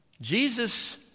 Jesus